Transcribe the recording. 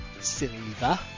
Silver